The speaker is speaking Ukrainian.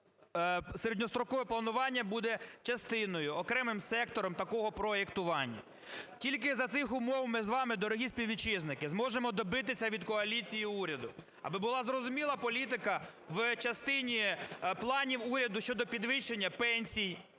де середньострокове планування буде частиною, окремим сектором такого проектування. Тільки за цих умов ми з вами, дорогі співвітчизники, зможемо добитися від коаліції і уряду, аби була зрозуміла політика в частині планів уряду щодо підвищення пенсій,